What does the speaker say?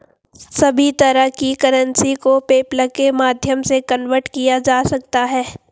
सभी तरह की करेंसी को पेपल्के माध्यम से कन्वर्ट किया जा सकता है